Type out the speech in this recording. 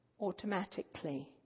automatically